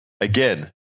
Again